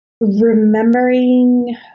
remembering